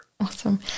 Awesome